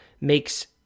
makes